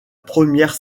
première